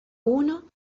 uno